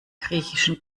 griechischen